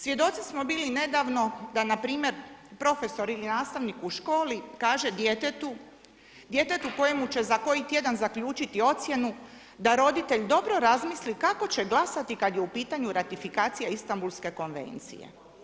Svjedoci smo bili neodavno, da npr. profesor ili nastavnik u školi, kaže djetetu, djetetu, kojemu će za koji tjedan zaključiti ocjenu, da roditelj dobro razmisli kako će glasati kada je u pitanju ratifikacija Istanbulske konvencije.